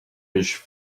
age